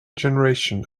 generation